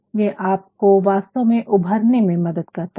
ये आपको वास्तव में उभरने में मदद करता है